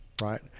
right